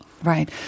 Right